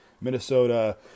Minnesota